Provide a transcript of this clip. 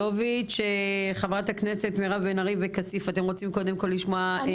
החפצה, הוא